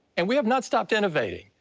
and we have not stopped innovating,